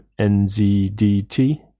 NZDT